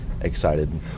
excited